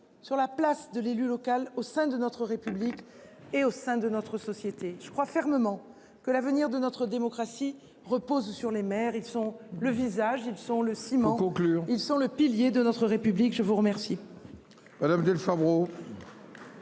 sur la place de l'élu local au sein de notre République et au sein de notre société. Je crois fermement que l'avenir de notre démocratie repose sur les mères, ils sont le visage, ils sont le ciment conclure sont le pilier de notre république. Je vous remercie.